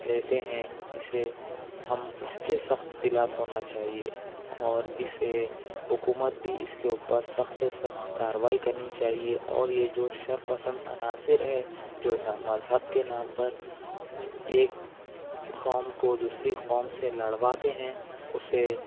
لیتے ہیں اسے ہم اس کے سخت خلاف ہونا چاہیے اور اسے حکومت بھی اس کے اوپر سخت سے سخت کاروائی کرنی چاہیے اور یہ جو شرپسند عناصر ہیں جو نہ مذہب کے نام پر ایک قوم کو دوسری قوم سے لڑواتے ہیں اسے